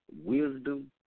wisdom